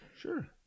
Sure